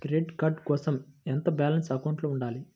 Credit card కోసం ఎంత balance అకౌంట్లో ఉంచాలి?